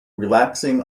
relaxing